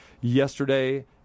yesterday